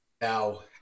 Now